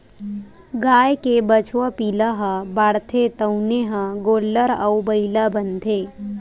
गाय के बछवा पिला ह बाढ़थे तउने ह गोल्लर अउ बइला बनथे